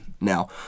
now